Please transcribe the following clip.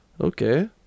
Okay